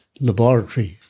laboratory